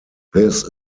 this